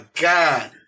god